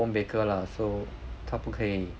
home baker lah so 她不可以